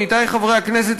עמיתי חברי הכנסת,